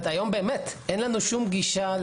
אין לנו היום באמת שום גישה.